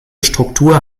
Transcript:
struktur